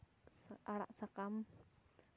ᱟᱲᱟᱜ ᱥᱟᱠᱟᱢ